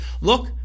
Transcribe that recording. look